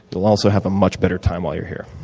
you'll also have a much better time while you're here.